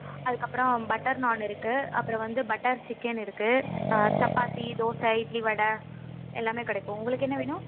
அதுக்கப்பபுறம் butter naan இருக்குது அப்புறம் வந்து பட்டர் சிக்கன் இருக்குது சப்பாத்தி தோசை இட்லி வடை எல்லாமே கிடைக்கும் உங்களுக்கு என்ன வேணும்